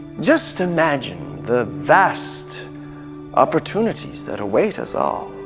just imagine the vast opportunities that await us all.